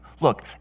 Look